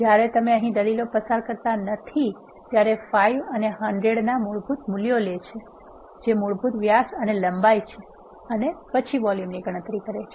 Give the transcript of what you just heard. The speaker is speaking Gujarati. જ્યારે તમે અહીં કોઈ દલીલો પસાર કરતા નથી ત્યારે તે 5 અને 100 ના મૂળભૂત મૂલ્યો લે છે જે મૂળભૂત વ્યાસ અને લંબાઈ છે અને પછી વોલ્યુમની ગણતરી કરે છે